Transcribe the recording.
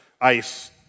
ice